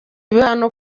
ibihano